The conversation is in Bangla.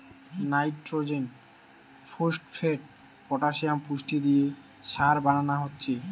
নাইট্রজেন, ফোস্টফেট, পটাসিয়াম পুষ্টি দিয়ে সার বানানা হচ্ছে